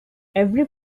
every